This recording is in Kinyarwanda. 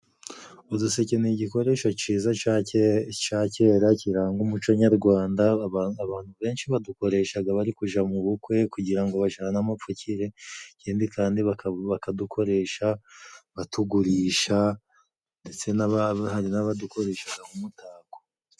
Uduseke ni igikoresho ciza ca kera kiranga umuco nyarwanda, abantu benshi badukoreshaga bari kuja mu bukwe kugira ngo bajane amapfukire, ikindi kandi bakadukoresha batugurisha ndetse hari n'abadukoresha nk'umutako.